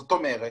זאת אומרת